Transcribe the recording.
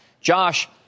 Josh